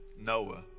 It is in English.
Noah